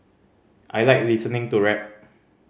I like listening to rap